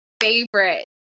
favorite